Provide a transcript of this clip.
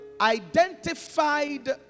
identified